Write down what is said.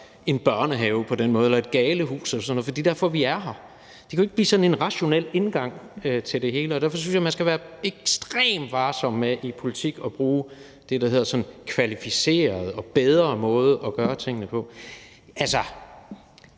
en børnehave eller et galehus eller sådan noget, for det er derfor, vi er her. Det kan jo ikke blive sådan en rationel indgang til det hele, og derfor synes jeg, man skal være ekstremt varsom med i politik at bruge det, der sådan hedder en »kvalificeret og bedre« måde at gøre tingene på. Nu